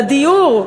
לדיור.